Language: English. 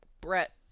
Brett